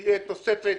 תהיה תוספת